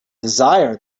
desire